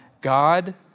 God